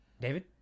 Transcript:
David